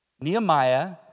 Nehemiah